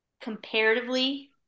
comparatively